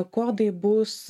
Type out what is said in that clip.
kodai bus